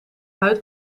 huid